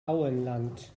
auenland